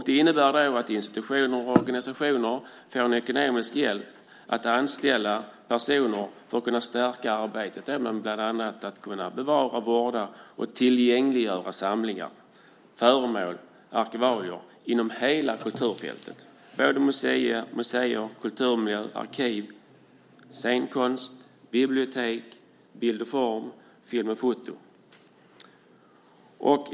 Det innebär att institutioner och organisationer får ekonomisk hjälp att anställa personer för att kunna stärka arbetet med att bland annat bevara, vårda och tillgängliggöra samlingar, föremål och arkivalier inom hela kulturfältet - både museer, kulturmiljöer, arkiv, scenkonst, bibliotek, bild och form samt film och foto.